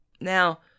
Now